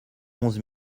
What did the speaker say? onze